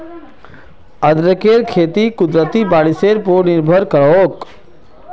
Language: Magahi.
अदरकेर खेती कुदरती बारिशेर पोर निर्भर करोह